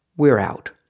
we're out.